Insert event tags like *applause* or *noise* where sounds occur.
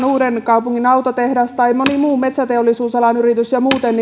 *unintelligible* uudenkaupungin autotehtaaseen tai moneen metsäteollisuusalan yritykseen ja muuten *unintelligible*